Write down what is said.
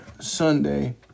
Sunday